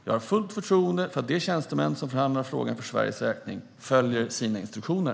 Jag har fullt förtroende för att de tjänstemän som förhandlar frågan för Sveriges räkning följer sina instruktioner.